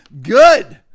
Good